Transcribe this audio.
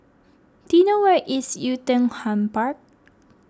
do you know where is Oei Tiong Ham Park